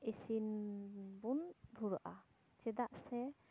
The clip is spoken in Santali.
ᱤᱥᱤᱱ ᱵᱚᱱ ᱫᱷᱩᱨᱟᱹᱜᱼᱟ ᱪᱮᱫᱟᱜ ᱥᱮ